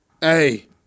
Hey